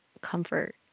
comfort